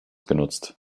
genutzt